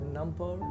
number